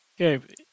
Okay